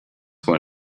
were